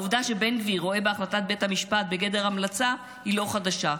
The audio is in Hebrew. העובדה שבן גביר רואה בהחלטת בית המשפט בגדר המלצה היא לא חדשה.